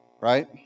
right